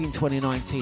2019